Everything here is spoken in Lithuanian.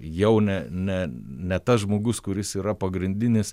jau ne ne ne tas žmogus kuris yra pagrindinis